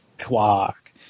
Quark